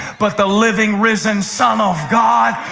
but the living, risen son of god,